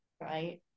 right